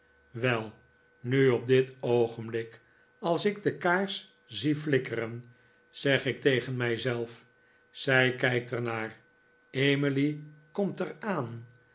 wel nu op dit oogenblik als ik de kaars zie flikkeren zeg ik tegen mijzelf zij kijkt er naar emily komt er